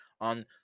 on